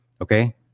Okay